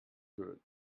good